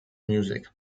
music